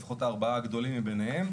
לפחות ארבעה הגדולים מביניהם,